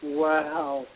wow